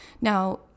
Now